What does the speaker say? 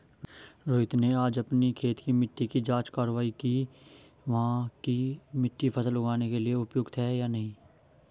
रोहित ने आज अपनी खेत की मिट्टी की जाँच कारवाई कि वहाँ की मिट्टी फसल उगाने के लिए उपयुक्त है या नहीं